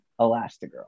elastigirl